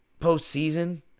postseason